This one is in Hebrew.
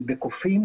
הוא קרוב משפחה שלי,